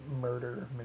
murder